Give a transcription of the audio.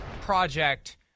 project